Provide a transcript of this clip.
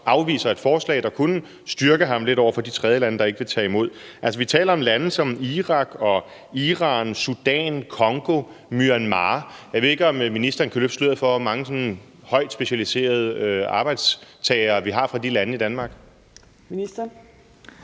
også et forslag, der kunne styrke ham lidt over for de tredjelande, der ikke vil tage imod. Vi taler om lande som Irak, Iran, Sudan, Congo, Myanmar. Jeg ved ikke, om ministeren kan løfte sløret for, hvor mange højtspecialiserede arbejdstagere vi har fra de lande i Danmark. Kl.